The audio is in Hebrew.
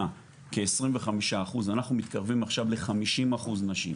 כ 25% אנחנו מתקרבים עכשיו ל-50 אחוז נשים.